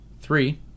three